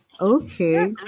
Okay